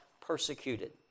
persecuted